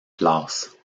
classes